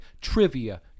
trivia